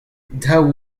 daou